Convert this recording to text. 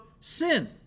sin